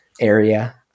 area